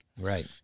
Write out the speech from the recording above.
Right